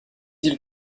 ils